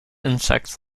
insects